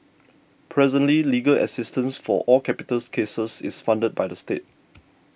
presently legal assistance for all capital cases is funded by the state